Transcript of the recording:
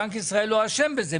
בנק ישראל לא אשם בזה,